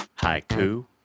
Haiku